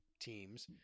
teams